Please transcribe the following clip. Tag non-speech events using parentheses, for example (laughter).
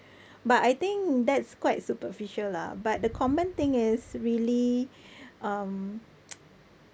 but I think that's quite superficial lah but the common thing is really um (noise)